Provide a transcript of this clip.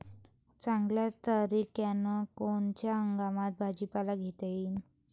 चांगल्या तरीक्यानं कोनच्या हंगामात भाजीपाला घेता येईन?